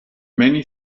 many